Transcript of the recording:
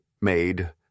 made